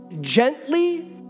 gently